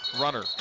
runner